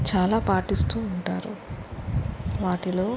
చాలా పాటిస్తూ ఉంటారు వాటిలో